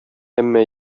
әмма